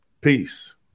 peace